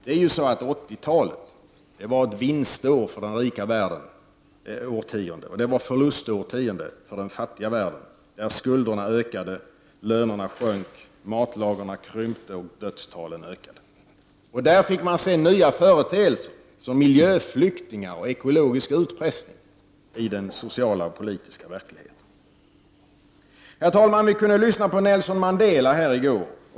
1980-talet var ju ett vinstårtionde för den rika världen och ett förlustårtionde för den fattiga världen, där skulderna ökade, lönerna sjönk, matlagren krympte och dödstalen ökade. Och man fick se nya företeelser som miljöflyktingar och ekologisk utpressning i den sociala och politiska verkligheten. Herr talman! Vi kunde lyssna på Nelson Mandela här i går.